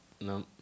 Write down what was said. No